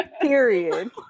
Period